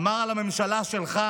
אמר על הממשלה שלך,